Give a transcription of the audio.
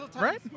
right